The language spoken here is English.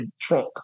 trunk